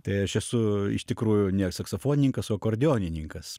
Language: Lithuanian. tai aš esu iš tikrųjų ne saksofonininkas o akordeonininkas